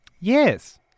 Yes